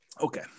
okay